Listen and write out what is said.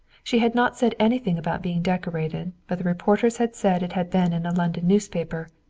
she had not said anything about being decorated, but the reporters had said it had been in a london newspaper.